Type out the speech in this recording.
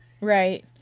Right